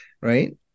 Right